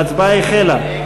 ההצבעה החלה.